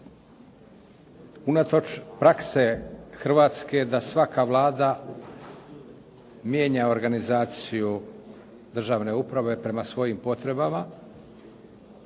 Unatoč prakse Hrvatske da svaka Vlada mijenja organizaciju državne uprave prema svojim potrebama,